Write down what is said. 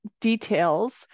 details